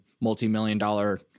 multi-million-dollar